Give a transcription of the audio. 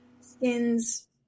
skins